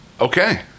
Okay